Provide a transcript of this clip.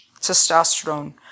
testosterone